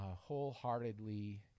wholeheartedly